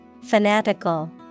Fanatical